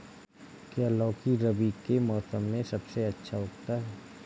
क्या लौकी रबी के मौसम में सबसे अच्छा उगता है?